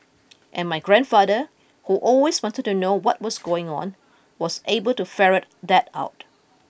and my grandfather who always wanted to know what was going on was able to ferret that out